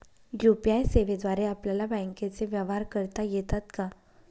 UPI सेवेद्वारे आपल्याला बँकचे व्यवहार करता येतात का?